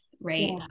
right